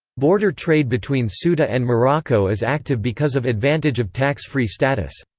border trade between so ceuta and morocco is active because of advantage of tax-free status.